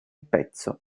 pezzo